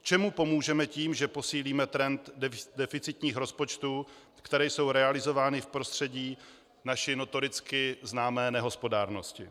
Čemu pomůžeme tím, že posílíme trend deficitních rozpočtů, které jsou realizovány v prostředí naší notoricky známé nehospodárnosti?